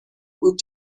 بود